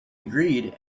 agreed